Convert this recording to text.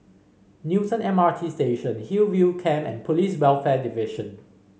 Newton M R T Station Hillview Camp and Police Welfare Division